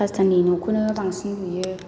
फ्लासथारनि न'खौनो बांसिन लुयो